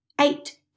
eight